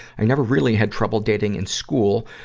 i never really had trouble dating in school,